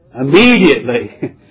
Immediately